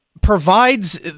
provides